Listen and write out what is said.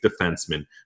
defenseman